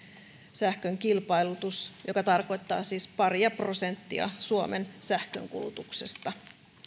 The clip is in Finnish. sähkön kilpailutus mikä tarkoittaa siis paria prosenttia suomen sähkönkulutuksesta